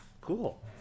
cool